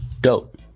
Dope